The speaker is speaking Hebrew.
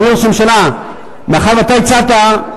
הממשלה, מאחר שאתה הצעת,